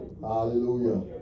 Hallelujah